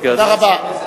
תודה רבה.